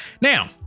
now